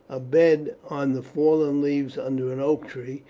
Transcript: a bed on the fallen leaves under an oak tree,